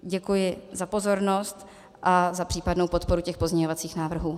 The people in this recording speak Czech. Děkuji za pozornost a za případnou podporu pozměňovacích návrhů.